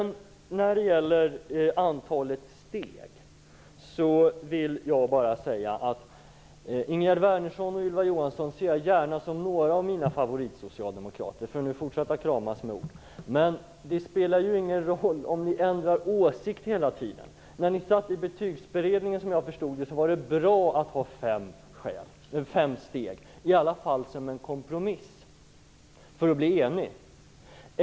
När det gäller antalet betygssteg vill jag bara säga att jag gärna ser Ingegerd Wärnersson och Ylva Johansson som några av mina favoritsocialdemokrater, för att nu fortsätta att kramas genom ord. Men det spelar ju ingen roll, om ni ändrar åsikt hela tiden. Om jag förstod det rätt så var det bra att ha fem steg när ni satt i Betygsberedningen, i alla fall som en kompromiss för att uppnå enighet.